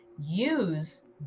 use